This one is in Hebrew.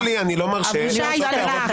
טלי, אני אסדר לך את העניין